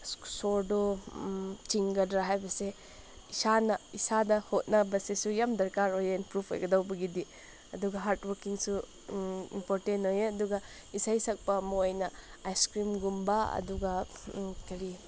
ꯁꯣꯔꯗꯣ ꯆꯤꯡꯒꯗ꯭ꯔꯥ ꯍꯥꯏꯕꯁꯦ ꯏꯁꯥꯅ ꯏꯁꯥꯗ ꯍꯣꯠꯅꯕꯁꯤꯁꯨ ꯌꯥꯝ ꯗꯔꯀꯥꯔ ꯑꯣꯏꯌꯦ ꯏꯝꯄ꯭ꯔꯨꯐ ꯑꯣꯏꯒꯗꯧꯕꯒꯤꯗꯤ ꯑꯗꯨꯒ ꯍꯥꯔꯠ ꯋꯥꯔꯛꯀꯤꯡꯁꯨ ꯏꯝꯄꯣꯔꯇꯦꯟ ꯑꯣꯏꯌꯦ ꯑꯗꯨꯒ ꯏꯁꯩ ꯁꯛꯄ ꯃꯣꯏꯅ ꯑꯥꯏꯁꯀ꯭ꯔꯤꯝꯒꯨꯝꯕ ꯑꯗꯨꯒ ꯀꯔꯤ